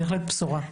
בהחלט בשורה.